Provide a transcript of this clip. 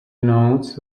notes